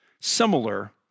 similar